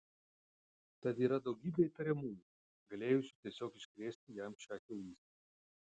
tad yra daugybė įtariamųjų galėjusių tiesiog iškrėsti jam šią kiaulystę